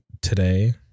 today